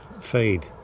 fade